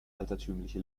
altertümliche